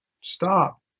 stop